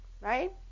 right